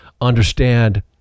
understand